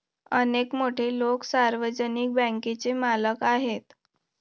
अनेक मोठे लोकं सार्वजनिक बँकांचे मालक आहेत